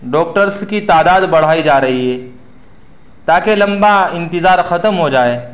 doctors کی تعداد بڑھائی جا رہی ہے تاکہ لمبا انتظار ختم ہو جائے